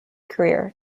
career